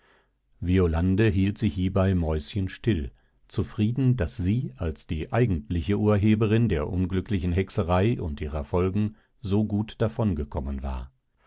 violande hielt sich hiebei mäuschenstill zufrieden daß sie als die eigentliche urheberin der unglücklichen hexerei und ihrer folgen so gut davongekommen war